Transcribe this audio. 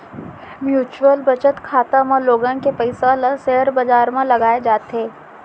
mutual बचत खाता म लोगन के पइसा ल सेयर बजार म लगाए जाथे